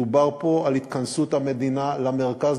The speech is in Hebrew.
מדובר פה על התכנסות המדינה למרכז,